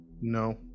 no